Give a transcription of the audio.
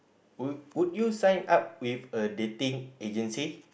would would you sign up with a dating agency